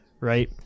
right